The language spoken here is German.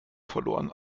verloren